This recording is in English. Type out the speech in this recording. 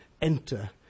enter